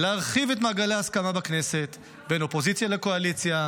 להרחיב את מעגלי ההסכמה בכנסת בין אופוזיציה לקואליציה,